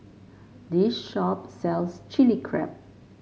this shop sells Chili Crab